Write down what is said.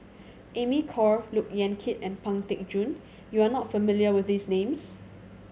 Amy Khor Look Yan Kit and Pang Teck Joon you are not familiar with these names